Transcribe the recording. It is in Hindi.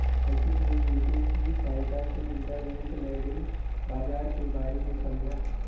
सचिन ने यूट्यूब की सहायता से इंटरबैंक लैंडिंग बाजार के बारे में समझा